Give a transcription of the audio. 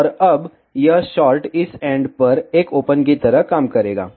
और अब यह शार्ट इस एंड पर एक ओपन की तरह काम करेगा